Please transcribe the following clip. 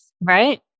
Right